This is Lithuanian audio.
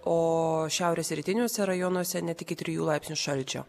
o šiaurės rytiniuose rajonuose net iki trijų laipsnių šalčio